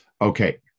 Okay